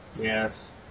Yes